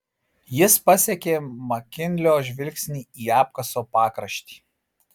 jis pasekė makinlio žvilgsnį į apkaso pakraštį